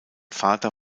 vater